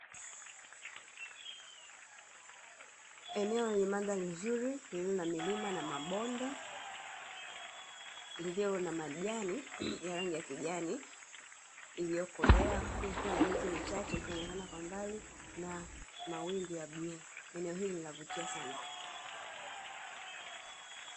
Eneo lenye mandhari nzuri, lililo na milima na mabonde, lililo na majani ya rangi ya kijani iliyokolea, huku na miti michache ikionekana kwa mbali na mawingu ya bluu, eneo hili linavutia sana.